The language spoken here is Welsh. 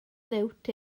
liwt